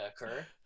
occur